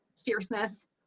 fierceness